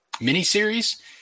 miniseries